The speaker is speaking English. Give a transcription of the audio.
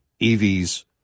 EVs